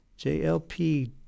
JLP